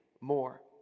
more